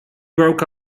broke